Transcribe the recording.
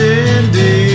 indeed